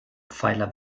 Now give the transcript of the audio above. pfeiler